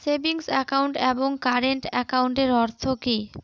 Savings account এবং current একাউন্টের অর্থ কি?